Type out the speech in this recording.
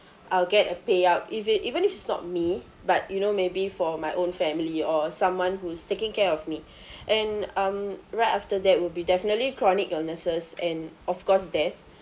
I'll get a payout if it even if it's not me but you know maybe for my own family or someone who's taking care of me and um right after that would be definitely chronic illnesses and of course death